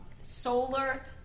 solar